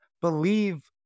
believe